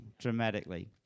dramatically